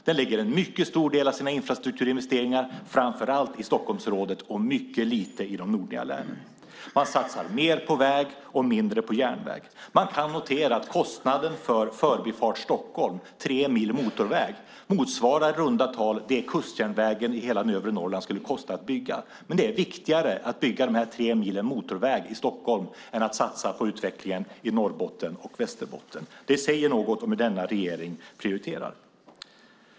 Den lägger en mycket stor del av sina infrastrukturinvesteringar framför allt i Stockholmsområdet och mycket lite i de nordliga länen. Man satsar mer på väg och mindre på järnväg. Kostnaden för Förbifart Stockholm, tre mil motorväg, motsvarar i runda tal vad det skulle kosta att bygga kustjärnvägen i hela övre Norrland. Men det är viktigare att bygga de tre milen motorväg i Stockholm än att satsa på utvecklingen i Norrbotten och Västerbotten. Det säger något om hur denna regering prioriterar.